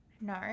No